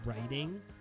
writing